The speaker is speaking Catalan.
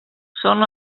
són